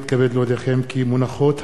ועדת העבודה והרווחה, חבר הכנסת